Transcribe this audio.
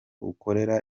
ukorera